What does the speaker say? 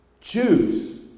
choose